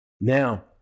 Now